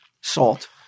Salt